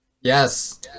yes